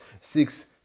six